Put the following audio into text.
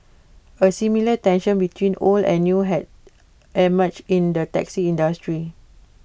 A similar tension between old and new has emerged in the taxi industry